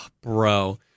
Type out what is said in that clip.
bro